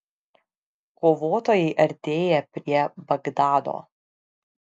kovotojai artėja prie bagdado